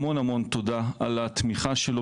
המון המון תודה על התמיכה שלו,